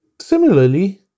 Similarly